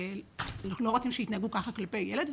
ואנחנו לא רוצים שיתנהגו ככה כלפי ילד.